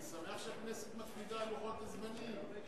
אני שמח שהכנסת מקפידה על לוחות הזמנים.